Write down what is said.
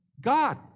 God